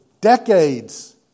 decades